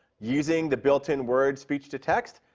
using the built in word speech to text,